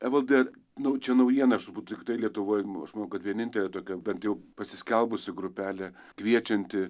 evaldai nu čia naujiena aš turbūt tiktai lietuvoj aš manau kad vienintelė tokia bent jau pasiskelbusi grupelė kviečianti